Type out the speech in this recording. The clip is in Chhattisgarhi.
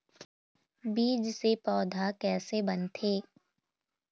बीज से पौधा कैसे बनथे?